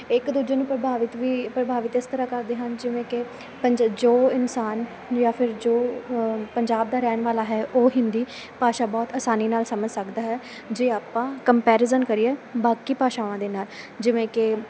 ਇੱਕ ਦੂਜੇ ਨੂੰ ਪ੍ਰਭਾਵਿਤ ਵੀ ਪ੍ਰਭਾਵਿਤ ਇਸ ਤਰ੍ਹਾਂ ਕਰਦੇ ਹਨ ਜਿਵੇਂ ਕਿ ਜੋ ਇਨਸਾਨ ਜਾਂ ਫਿਰ ਜੋ ਪੰਜਾਬ ਦਾ ਰਹਿਣ ਵਾਲਾ ਹੈ ਉਹ ਹਿੰਦੀ ਭਾਸ਼ਾ ਬਹੁਤ ਆਸਾਨੀ ਨਾਲ ਸਮਝ ਸਕਦਾ ਹੈ ਜੇ ਆਪਾਂ ਕੰਪੈਰੀਜਨ ਕਰੀਏ ਬਾਕੀ ਭਾਸ਼ਾਵਾਂ ਦੇ ਨਾਲ ਜਿਵੇਂ ਕਿ